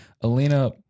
Alina